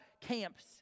camps